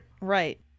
Right